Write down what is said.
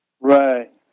Right